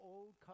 Old